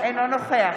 אינו נוכח